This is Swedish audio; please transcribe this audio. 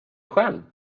själv